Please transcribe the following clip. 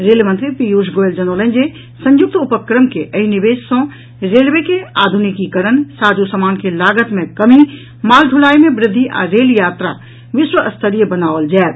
rail मंत्री पीयूष गोयल जनौलनि जे संयुक्त उपक्रम के एहि निवेश सँ रेलवे के आधुनिकीकरण साजो समान के लागत मे कमी माल ढुलाई मे वृद्धि आ रेल यात्रा विश्व स्तरीय बनाओल जायत